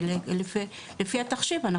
לפי התחשיב,